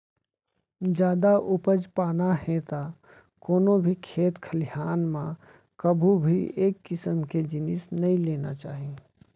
जादा उपज पाना हे त कोनो भी खेत खलिहान म कभू भी एके किसम के जिनिस नइ लेना चाही